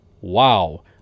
Wow